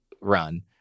run